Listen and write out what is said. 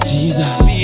Jesus